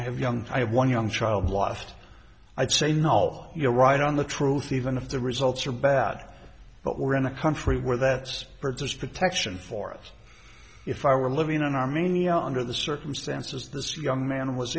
i have young i have one young child lost i'd say no you're right on the truth even if the results are bad but we're in a country where that's produced protection for us if i were living in armenia under the circumstances this young man was